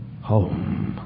home